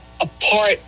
apart